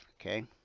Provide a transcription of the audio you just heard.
Okay